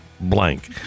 Blank